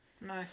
No